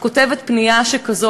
כותבת פנייה שכזאת,